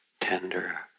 tender